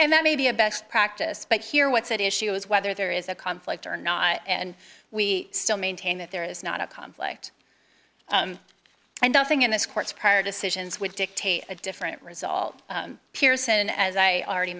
and that may be a best practice but here what's at issue is whether there is a conflict or not and we still maintain that there is not a conflict and nothing in this court's prior decisions would dictate a different result pearson as i already